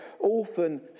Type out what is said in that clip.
often